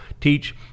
teach